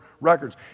records